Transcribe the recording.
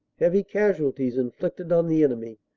heavy casualties inflicted on the enemy,